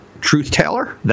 truth-teller